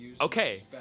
Okay